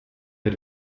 der